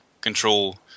control